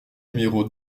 numéro